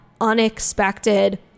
unexpected